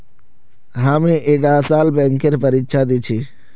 हामी ईटा साल बैंकेर परीक्षा दी छि